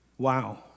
Wow